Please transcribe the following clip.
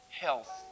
health